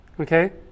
Okay